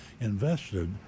invested